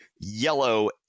yellow